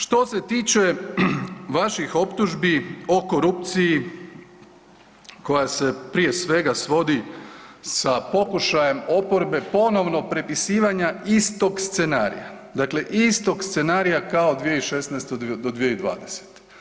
Što se tiče vaših optužbi o korupciji koja se prije svega svodi sa pokušajem oporbe ponovno prepisivanja istog scenarija, dakle istog scenarija kao i 2016. do 2020.